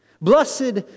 Blessed